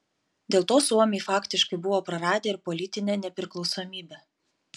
dėl to suomiai faktiškai buvo praradę ir politinę nepriklausomybę